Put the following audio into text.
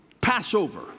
Passover